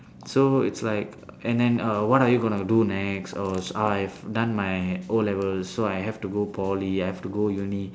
so it's like and then uh what are you going to do next oh I've done my O-levels so I have to go poly I have to go uni